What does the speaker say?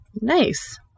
Nice